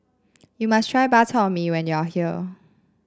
you must try Bak Chor Mee when you are here